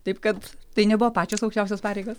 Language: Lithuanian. taip kad tai nebuvo pačios aukščiausios pareigos